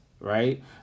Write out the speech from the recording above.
right